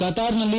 ಕತಾರ್ನಲ್ಲಿ